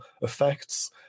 effects